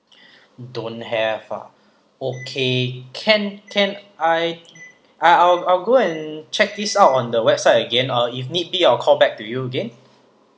don't have ah okay can can I I'll I'll I'll go and check this out on the website again uh if need I'll call back to you again